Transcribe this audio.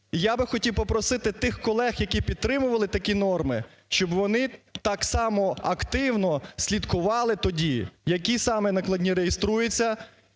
Я би хотів попросити тих колег, які підтримували такі норми, щоб вони так само активно слідкували тоді, які самі накладні реєструються